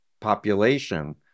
population